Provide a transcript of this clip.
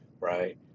right